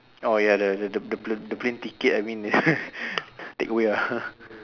oh ya the the the plane ticket I mean take away ah